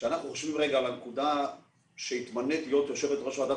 כשאנחנו חושבים על הנקודה שהתמנית להיות יושבת-ראש ועדת